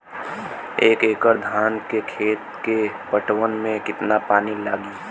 एक एकड़ धान के खेत के पटवन मे कितना पानी लागि?